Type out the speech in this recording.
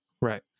Right